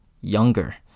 younger